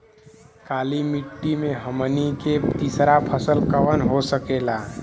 काली मिट्टी में हमनी के तीसरा फसल कवन हो सकेला?